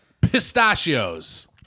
Pistachios